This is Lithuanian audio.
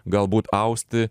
galbūt austi